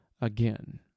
again